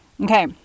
Okay